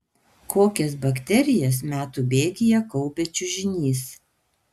kokias bakterijas metų bėgyje kaupia čiužinys